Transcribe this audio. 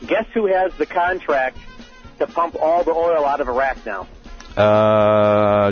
guess who has the contract to pump all the oil out of iraq